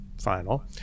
final